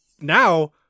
Now